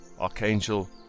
Archangel